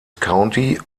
county